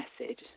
message